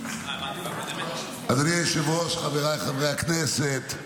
אדוני היושב-ראש, חבריי חברי הכנסת,